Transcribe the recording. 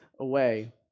away